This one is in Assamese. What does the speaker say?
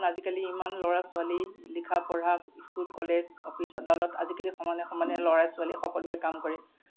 কাৰণ আজিকালি ইমান ল'ৰা ছোৱালী লিখা পঢ়া স্কুল কলেজ অফিচ আদালত আজিকালি সমানে সমানে ল'ৰাই ছোৱালীৱে সকলোৱে কাম কৰে